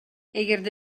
эгерде